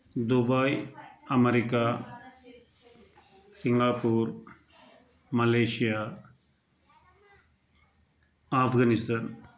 Dubai America Singapore Malaysia Afghanistan